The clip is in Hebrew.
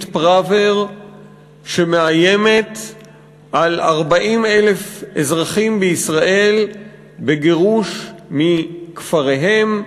פראוור שמאיימת על 40,000 אזרחים בישראל בגירוש מכפריהם,